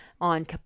on